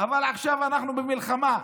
אבל עכשיו אנחנו במלחמה,